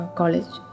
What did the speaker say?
college